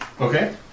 Okay